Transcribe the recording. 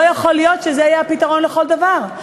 לא יכול להיות שזה יהיה הפתרון לכל דבר.